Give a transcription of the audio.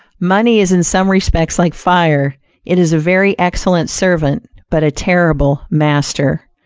money is in some respects like fire it is a very excellent servant but a terrible master.